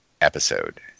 episode